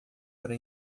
para